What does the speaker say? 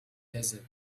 desert